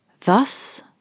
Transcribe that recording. Thus